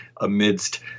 amidst